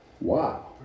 Wow